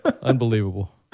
Unbelievable